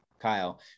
kyle